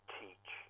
teach